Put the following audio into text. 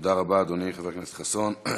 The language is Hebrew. תודה רבה, אדוני, חבר הכנסת חסון.